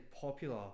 popular